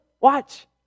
watch